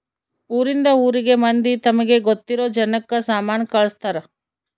ಊರಿಂದ ಊರಿಗೆ ಮಂದಿ ತಮಗೆ ಗೊತ್ತಿರೊ ಜನಕ್ಕ ಸಾಮನ ಕಳ್ಸ್ತರ್